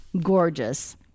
gorgeous